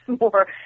more